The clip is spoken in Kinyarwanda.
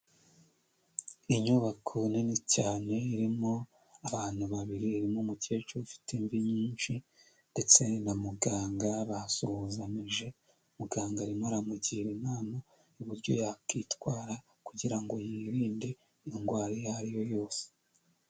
Inyubako nini cyane irimo abantu babiri irimo umukecuru ufite imvi nyinshi ndetse na muganga basuhuzanyije muganga arimo aramugira inama uburyo yakwitwara kugirango yirinde indwara iyo ariyo yose.